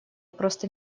просто